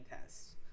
tests